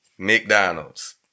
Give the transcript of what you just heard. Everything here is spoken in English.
McDonald's